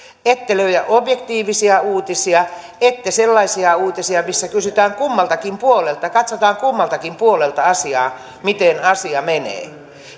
ette löydä objektiivisia uutisia ette sellaisia uutisia missä kysytään kummaltakin puolelta katsotaan kummaltakin puolelta asiaa miten asia menee